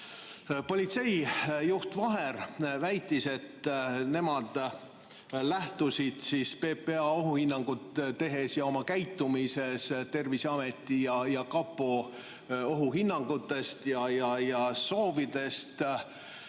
Politseijuht Vaher väitis, et nemad lähtusid PPA ohuhinnangut tehes ja oma käitumises Terviseameti ja kapo ohuhinnangutest ja soovidest.